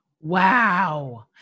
Wow